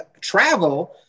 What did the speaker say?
travel